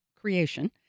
creation